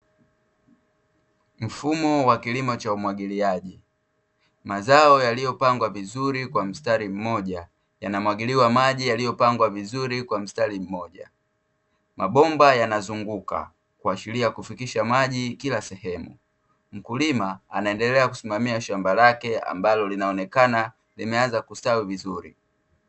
Mfumo wa kilimo cha umwagiliaji. Mazao yaliyopangwa vizuri kwa mstari mmoja yanamwagiliwa maji yaliyopangwa vizuri kwa mstari mmoja. Mabomba yanazunguka kuashiria kufikisha maji kila sehemu. Mkulima anaendelea kusimamia shamba lake ambalo linaonekana limeanza kustawi vizuri.